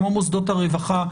כמו מוסדות הרווחה,